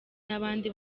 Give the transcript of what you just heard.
n’abandi